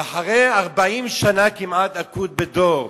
ואחרי 40 שנה כמעט אקוט בדור,